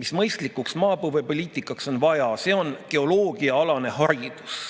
mida mõistlikuks maapõuepoliitikaks on vaja. See on geoloogiaalane haridus.